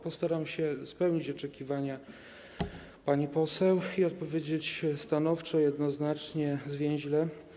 Postaram się spełnić oczekiwania pani poseł i odpowiedzieć stanowczo, jednoznacznie, zwięźle.